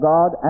God